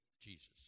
Jesus